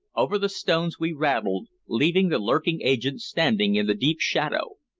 over the stones we rattled, leaving the lurking agent standing in the deep shadow,